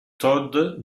todd